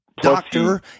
Doctor